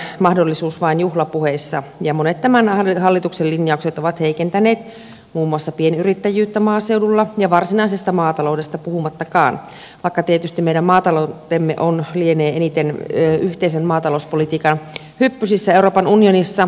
maaseutu näyttää olevan mahdollisuus vain juhlapuheissa ja monet tämän hallituksen linjaukset ovat heikentäneet muun muassa pienyrittäjyyttä maaseudulla varsinaisesta maataloudesta puhumattakaan vaikka tietysti meidän maataloutemme lienee eniten yhteisen maatalouspolitiikan hyppysissä euroopan unionissa